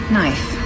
Knife